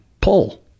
pull